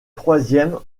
troisième